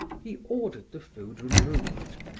he ordered the food removed,